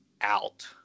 out